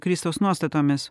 kristaus nuostatomis